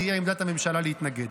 תהיה עמדת הממשלה להתנגד.